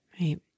Right